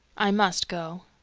i must go.